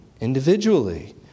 individually